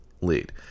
lead